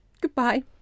Goodbye